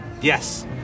yes